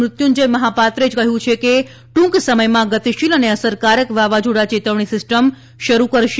મૃત્યુંજય મહાપાત્રે કહ્યું છે કે ટૂંક સમયમાં ગતિશીલ અને અસરકારક વાવાઝોડા ચેતવણી સિસ્ટમ શરૂ કરશે